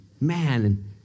man